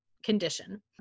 condition